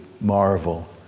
marvel